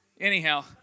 Anyhow